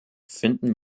finden